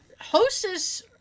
Hostess